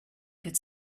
could